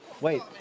Wait